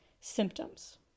symptoms